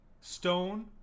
Stone